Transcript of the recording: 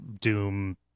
doom